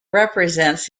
represents